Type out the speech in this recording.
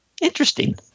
interesting